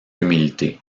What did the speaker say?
humilité